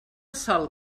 sòl